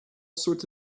sorts